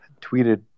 tweeted